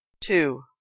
Two